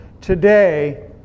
today